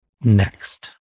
next